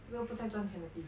又不在赚钱的地方